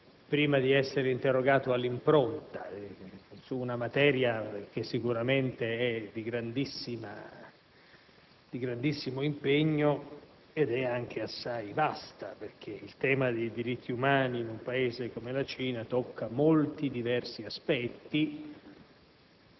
prima di essere interrogato all'impronta, su un tema sicuramente di grandissimo impegno ed anche assai vasto. Infatti, il tema dei diritti umani in un Paese come la Cina tocca molti e diversi aspetti,